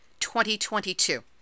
2022